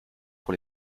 pour